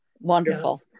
Wonderful